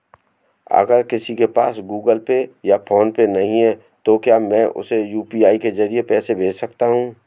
अगर किसी के पास गूगल पे या फोनपे नहीं है तो क्या मैं उसे यू.पी.आई के ज़रिए पैसे भेज सकता हूं?